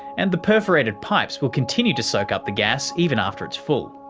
and the perforated pipes will continue to soak up the gas even after it's full.